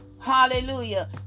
Hallelujah